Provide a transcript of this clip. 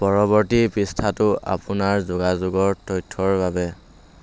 পৰৱৰ্তী পৃষ্ঠাটো আপোনাৰ যোগাযোগৰ তথ্যৰ বাবে